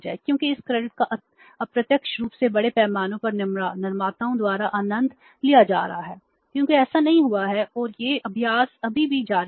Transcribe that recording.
क्योंकि इस क्रेडिट का अप्रत्यक्ष रूप से बड़े पैमाने पर निर्माताओं द्वारा आनंद लिया जा रहा है क्योंकि ऐसा नहीं हुआ है और यह अभ्यास अभी भी जारी है